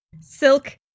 Silk